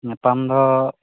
ᱧᱟᱯᱟᱢ ᱫᱚ